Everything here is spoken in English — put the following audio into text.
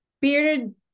bearded